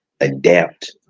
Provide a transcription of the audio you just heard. adapt